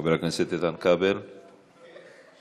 חבר הכנסת איתן כבל, קדימה,